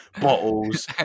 bottles